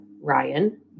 Ryan